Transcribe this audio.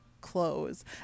clothes